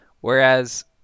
Whereas